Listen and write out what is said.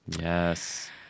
Yes